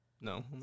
No